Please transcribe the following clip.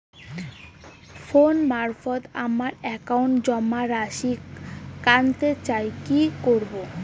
Phone মারফত আমার একাউন্টে জমা রাশি কান্তে চাই কি করবো?